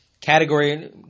category